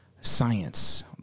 science